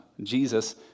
Jesus